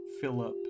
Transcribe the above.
Philip